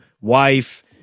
wife